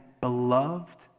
beloved